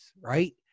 right